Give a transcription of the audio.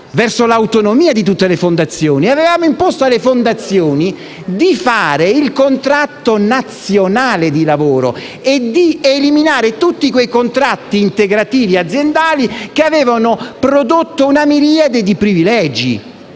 e l'autonomia di tutte le fondazioni ed avevamo imposto alle stesse di aderire al contratto nazionale di lavoro e di eliminare tutti quei contratti integrativi aziendali che avevano prodotto una miriade di privilegi